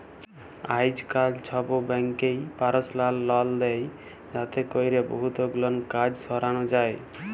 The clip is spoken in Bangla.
আইজকাল ছব ব্যাংকই পারসলাল লল দেই যাতে ক্যরে বহুত গুলান কাজ সরানো যায়